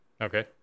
Okay